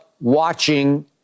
watching